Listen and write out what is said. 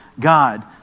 God